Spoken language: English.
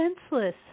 senseless